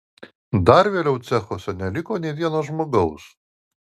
dar vėliau cechuose neliko nė vieno žmogaus